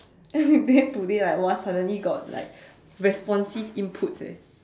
and then today like !wah! suddenly got like responsive inputs leh